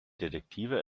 detektive